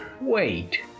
Wait